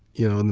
you know, and